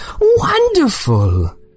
Wonderful